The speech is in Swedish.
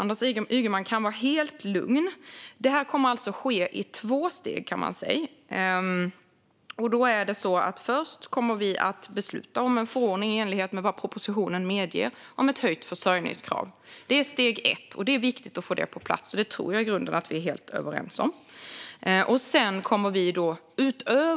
Anders Ygeman kan vara helt lugn. Detta kommer att ske i två steg. Först kommer vi att besluta om en förordning i enlighet med vad propositionen medger om ett höjt försörjningskrav. Det är steg ett. Att det är viktigt att få det på plats tror jag i grunden att vi är helt överens om.